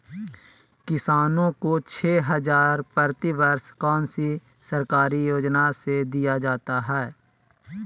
किसानों को छे हज़ार प्रति वर्ष कौन सी सरकारी योजना से दिया जाता है?